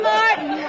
Martin